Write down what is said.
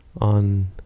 on